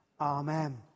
amen